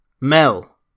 Mel